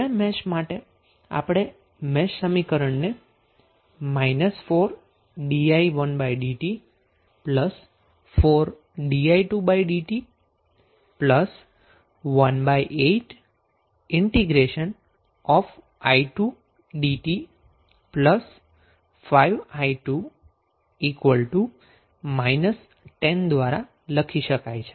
બીજા મેશ માટે આપણે મેશ સમીકરણ ને 4di1dt 4di2dt 1800i2dt 5i2 10 દ્વારા લખી શકાય છે